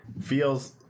feels